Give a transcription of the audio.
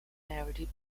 narrative